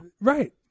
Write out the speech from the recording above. Right